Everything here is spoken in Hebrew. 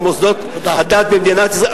ומוסדות הדת במדינת ישראל,